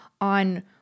on